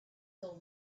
till